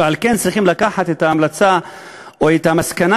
ועל כן צריכים לקחת את ההמלצה או את המסקנה